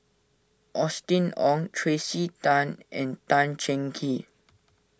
Austen Ong Tracey Tan and Tan Cheng Kee